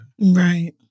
Right